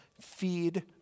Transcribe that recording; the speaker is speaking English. Feed